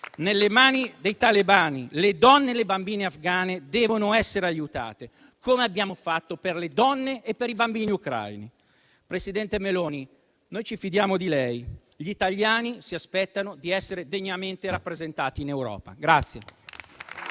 nelle mani dei talebani. Le donne e i bambine afgani devono essere aiutati, come abbiamo fatto per le donne e per i bambini ucraini. Presidente Meloni, noi ci fidiamo di lei. Gli italiani si aspettano di essere degnamente rappresentati in Europa.